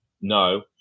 no